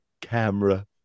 camera